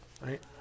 Right